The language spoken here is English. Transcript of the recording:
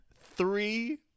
three